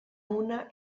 una